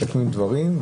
סיכמה דברים,